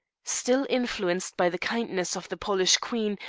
still influenced by the kindness of the polish queen,